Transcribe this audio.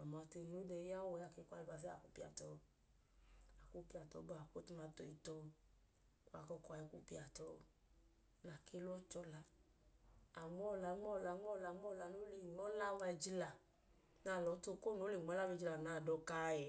Eko no dee ya ẹẹ, a kwu alubasa u, a kwupiya tọ. A kwu piya tọ, a kwu utumato i tọ. Kwu akọkọ a i kwu piya tọ. A ke lọọ chọla. A nmọọ ọla, nmọọ ọla, nmọọ ọma ga ẹjila na lọọ tu okonu no le nmọla wa ẹjila na dọka ẹẹ.